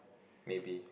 maybe